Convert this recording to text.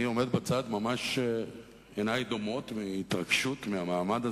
שלי קוראים לי, כי באשדוד כולם מדברים במלעיל.